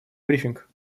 брифинг